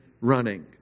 running